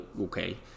okay